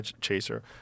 chaser